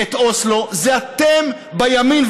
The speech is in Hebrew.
את אוסלו זה אתם בימין.